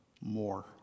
more